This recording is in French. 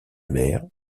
mer